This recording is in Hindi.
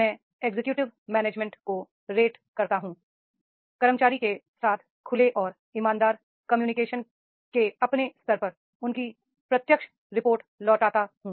मैं एग्जीक्यूटिव मैनेजमेंट को रेट करता हूं कर्मचारी के साथ खुले और ईमानदार कम्युनिकेशन के अपने स्तर पर उनकी प्रत्यक्ष रिपोर्ट लौटाता हूं